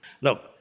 Look